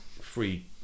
free